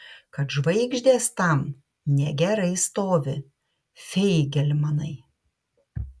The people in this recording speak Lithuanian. kad žvaigždės tam negerai stovi feigelmanai